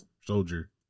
soldier